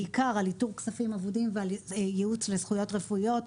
בעיקר על איתור כספים אבודים ועל ייעוץ לזכויות רפואיות.